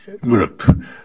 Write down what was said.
group